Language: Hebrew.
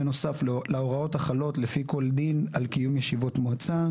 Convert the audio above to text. בנוסף להוראות החלות לפי כל דין על קיום ישיבות מועצה,